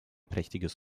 prächtiges